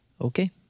Okay